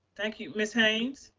thank you, ms. haynes.